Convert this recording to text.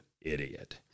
idiot